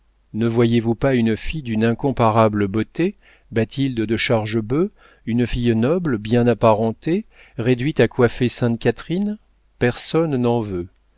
ne voyez-vous pas une fille d'une incomparable beauté bathilde de chargebœuf une fille noble bien apparentée réduite à coiffer sainte catherine personne n'en veut